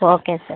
okay sir